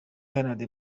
iharanira